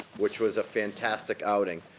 which was a fantastic outing.